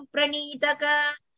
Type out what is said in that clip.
Pranitaka